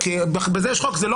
זו